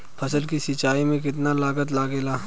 फसल की सिंचाई में कितना लागत लागेला?